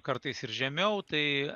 kartais ir žemiau tai